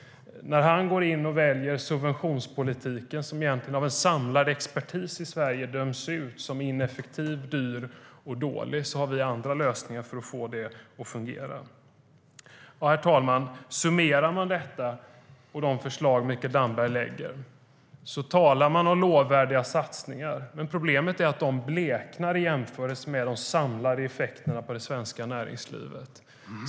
När han väljer subventionspolitiken, som av en samlad expertis i Sverige döms ut som ineffektiv, dyr och dålig, har vi andra lösningar för att få det att fungera. Herr talman! Man kan summera detta och de förslag som Mikael Damberg lägger: De talar om lovvärda satsningar, men problemet är att de bleknar i jämförelse med de samlade effekterna för det svenska näringslivet.